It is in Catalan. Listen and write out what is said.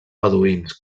beduïns